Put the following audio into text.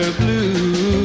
blue